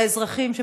האזרחים,